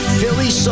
Philly